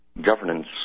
Governance